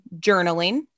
journaling